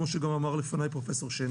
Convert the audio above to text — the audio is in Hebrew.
כמו אמר לפניי פרופסור שין.